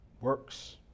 works